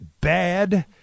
bad